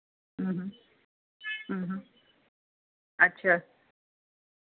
अच्छा